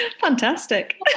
Fantastic